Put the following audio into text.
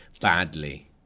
badly